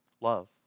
love